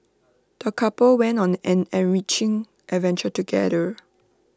the couple went on an enriching adventure together